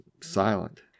silent